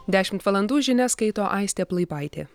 dešimt valandų žinias skaito aistė plaipaitė